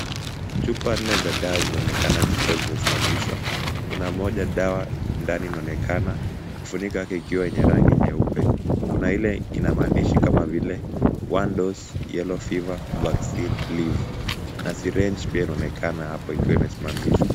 Chupa nne za dawa zinaonekana ziko zimesimamishwa. Kuna moja dawa ndani inonekana kufuniko yake ikiwa nyenye rangi nyeupe. Kuna ile inamaanisha kama vile one dose yellow fever vaccine live , na syringe pia inonekana hapo ikiwa imesimamishwa.